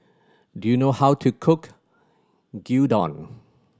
do you know how to cook Gyudon